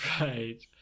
right